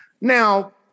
Now